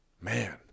man